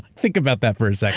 think about that for a second.